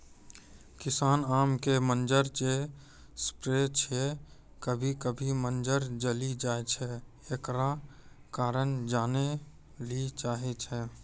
किसान आम के मंजर जे स्प्रे छैय कभी कभी मंजर जली जाय छैय, एकरो कारण जाने ली चाहेय छैय?